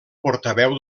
portaveu